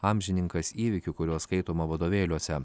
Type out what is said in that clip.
amžininkas įvykių kuriuos skaitoma vadovėliuose